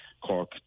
Cork